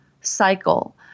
cycle